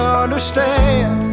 understand